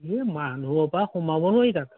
এই মানুহৰপৰা সোমাব নোৱাৰি তাত